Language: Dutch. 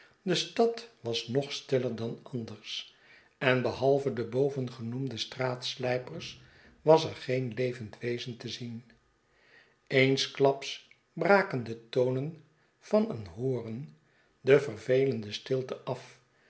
de stad was nog stiller dan anders en behalve de bovengenoemde straatslijpers was er geen levend wezen te zien eensklaps braken de tonen van een horen de vervelende stilte af